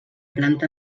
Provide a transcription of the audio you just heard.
planta